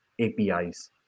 APIs